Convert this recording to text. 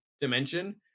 dimension